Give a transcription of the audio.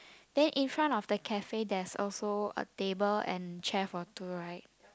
then in front of the cafe there's also a table and chair for two right